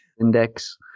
Index